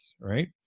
right